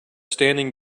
standing